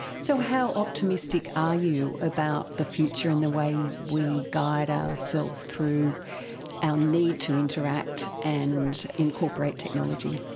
so how optimistic are you about the future and the way we guide ourselves through our need to interact and incorporate technology?